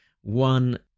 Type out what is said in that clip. one